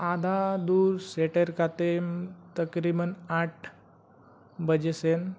ᱟᱫᱷᱟ ᱫᱷᱩᱨ ᱥᱮᱴᱮᱨ ᱠᱟᱛᱮᱫ ᱛᱟᱹᱠᱤᱨᱤᱵᱟᱱ ᱟᱴ ᱵᱟᱡᱮ ᱥᱮᱫ